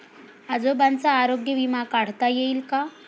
आजोबांचा आरोग्य विमा काढता येईल का?